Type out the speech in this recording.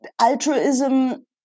Altruism